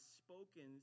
spoken